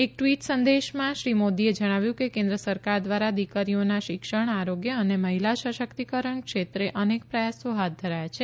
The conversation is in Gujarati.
એક ટ્વીટ સંદેશામાં શ્રી મોદીએ જણાવ્યું કે કેન્દ્ર સરકાર દ્વારા દીકરીઓના શિક્ષણ આરોગ્ય અને મહિલા સશક્તિકરણ ક્ષેત્રે અનેક પ્રયાસો હાથ ધરાયા છે